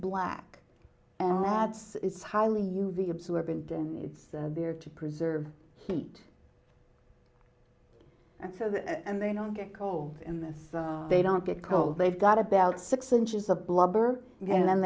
black and that's it's highly u v absorbent and it's there to preserve heat so that and they don't get cold in this they don't get cold they've got about six inches of blubber and then